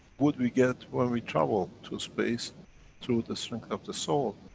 would we get when we travel to space through the strength of the soul?